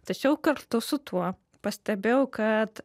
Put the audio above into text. tačiau kartu su tuo pastebėjau kad